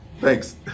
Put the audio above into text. Thanks